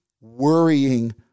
worrying